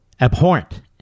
abhorrent